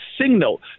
signal